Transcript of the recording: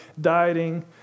dieting